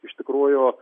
iš tikrųjų